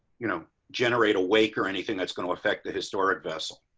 you know, generate awake or anything that's going to affect the historic vessel.